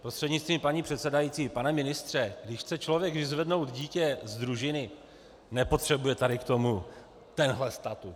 Prostřednictvím paní předsedající pane ministře, když chce člověk vyzvednout dítě z družiny, nepotřebuje tady k tomu tenhle statut.